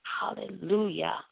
hallelujah